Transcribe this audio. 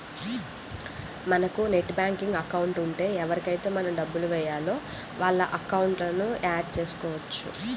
మనకు net banking account ఉంటే ఎవరికైతే మనం డబ్బులు వేయాలో వాళ్ళ అకౌంట్లను యాడ్ చేసుకోవచ్చు